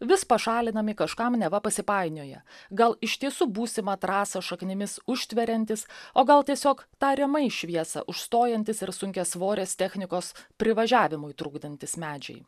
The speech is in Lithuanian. vis pašalinami kažkam neva pasipainioję gal iš tiesų būsimą trasą šaknimis užtveriantys o gal tiesiog tariamai šviesą užstojantys ir sunkiasvorės technikos privažiavimui trukdantys medžiai